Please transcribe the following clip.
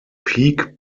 peak